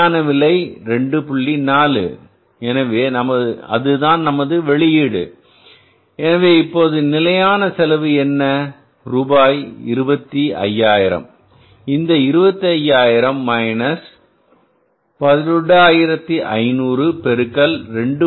4 எனவே அதுதான் நமது வெளியீடு எனவே இப்போது நிலையான செலவு என்ன ரூபாய் 25000 இந்த 25000 11500 பெருக்கல் 2